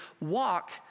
walk